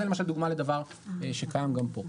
זה לדוגמה לדבר שהבאנו גם פה.